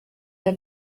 der